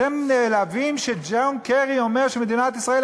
אתם נעלבים שג'ון קרי אומר שמדינת ישראל,